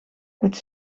het